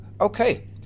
Okay